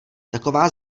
taková